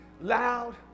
loud